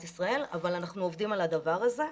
ישראל אבל אנחנו עובדים על הדבר הזה.